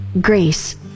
grace